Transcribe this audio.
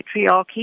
patriarchy